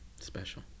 Special